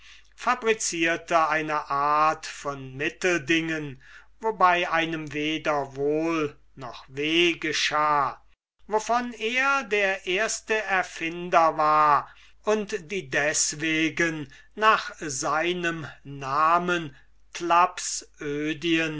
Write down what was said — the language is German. thlaps eine art von mitteldingen wobei einem weder wohl noch weh geschah wovon er der erste erfinder war und die deswegen nach seinem namen